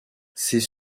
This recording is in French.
ses